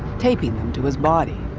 taping them to his body.